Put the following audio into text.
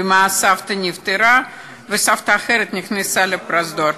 ומאז סבתא נפטרה וסבתא אחרת נכנסה לפרוזדור.